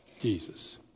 Jesus